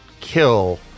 kill